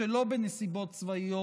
שלא בנסיבות צבאיות,